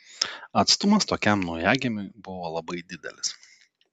atstumas tokiam naujagimiui buvo labai didelis